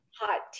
hot